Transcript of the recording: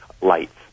lights